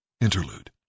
Interlude